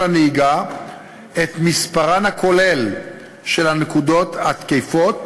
הנהיגה את מספרן הכולל של הנקודות התקפות